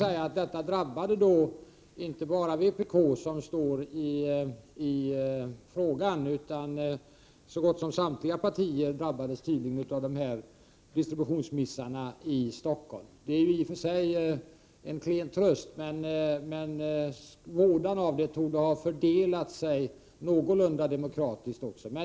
123 Nu drabbades inte bara vpk, vilket står i frågan, utan så gott som samtliga partier i Stockholm drabbades tydligen av distributionsmissarna. Det är i och för sig en klen tröst, men vådan torde ha fördelat sig någorlunda demokratiskt.